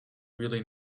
really